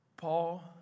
Paul